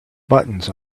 buttons